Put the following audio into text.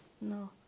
No